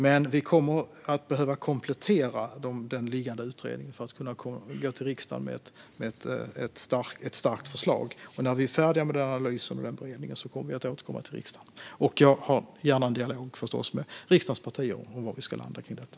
Men vi kommer att behöva komplettera den liggande utredningen för att kunna gå till riksdagen med ett starkt förslag. När vi är färdiga med analysen av utredningens förslag återkommer vi till riksdagen. Och jag för förstås gärna en dialog med riksdagens partier om var vi ska landa i detta.